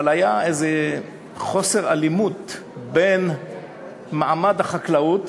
אבל היה איזה חוסר הלימות בין מעמד החקלאות